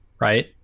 right